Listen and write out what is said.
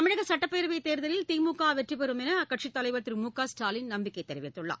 தமிழக சட்டப்பேரவைத் தேர்தலில் திமுக வெற்றி பெறும் என்று அக்கட்சித் தலைவர் திரு மு க ஸ்டாலின் நம்பிக்கை தெரிவித்துள்ளார்